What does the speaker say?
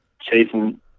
chasing